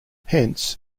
hence